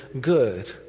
good